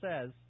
says